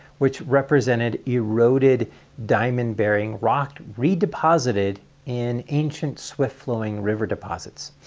which represented eroded diamond bearing rock redeposited in ancient swift flowing river deposits.